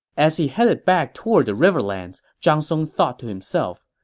as he headed back toward the riverlands, zhang song thought to himself,